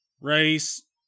race